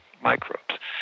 microbes